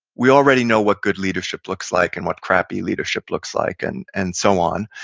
we already know what good leadership looks like and what crappy leadership looks like and and so on,